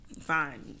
fine